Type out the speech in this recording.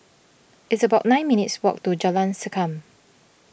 it's about nine minutes' walk to Jalan Sankam